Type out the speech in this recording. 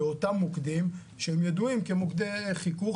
באותם מוקדים שהם ידועים כמוקדי חיכוך,